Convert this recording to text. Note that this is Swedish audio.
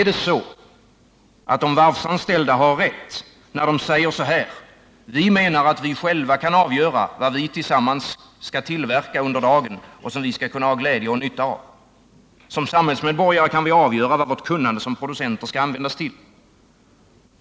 De varvsanställda säger: Vi menar att vi själva kan avgöra vad vi tillsammans skall tillverka under dagen och vad vi skulle kunna ha glädje och nytta av. Som samhällsmedborgare kan vi avgöra vad vårt kunnande som producenter skall användas till.